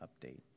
update